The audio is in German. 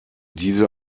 diese